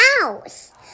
house